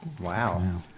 Wow